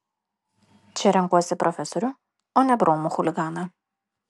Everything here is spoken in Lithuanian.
čia renkuosi profesorių o ne bromų chuliganą